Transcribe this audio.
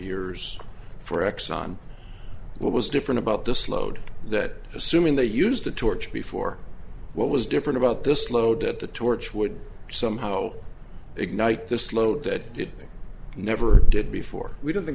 years for exxon what was different about this load that assuming they used the torch before what was different about this load at the torch would somehow ignite this load that it never did before we don't think